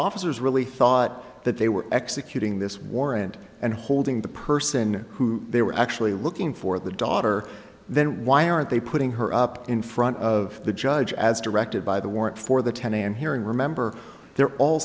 officers really thought that they were executing this warrant and holding the person who they were actually looking for the daughter then why aren't they putting her up in front of the judge as directed by the warrant for the ten and hearing remember they're all